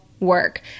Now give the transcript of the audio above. work